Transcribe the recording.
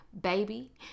baby